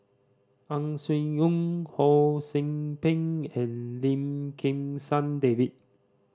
Ang Swee Aun Ho See Beng and Lim Kim San David